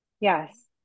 Yes